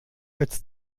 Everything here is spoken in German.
als